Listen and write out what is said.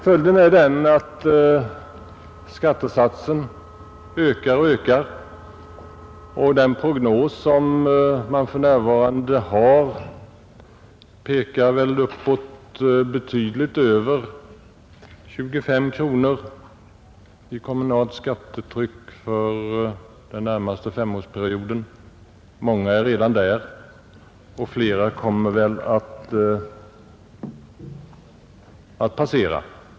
Följden är den att skattesatsen ökar och ökar. Den prognos som man för närvarande har pekar väl upp mot betydligt över 25 kronor i kommunalt skattetryck för den närmaste femårsperioden. Många kommuner är redan där och flera kommer väl att passera det strecket.